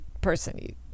person